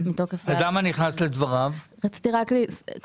קודם כול, סליחה.